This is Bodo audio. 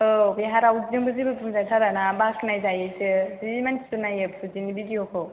औ बेहा रावजोंबो जेबो बुंजा थाराना बाख्नाय जायोसो जि मानसिफोर नायो फुजिनि भिदिअ'खौ